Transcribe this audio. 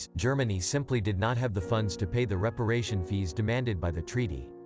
germany simply did not have the funds to pay the reparation fees demanded by the treaty.